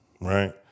Right